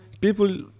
people